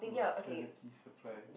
maternity supplies